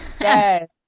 Yes